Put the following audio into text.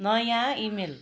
नयाँ इमेल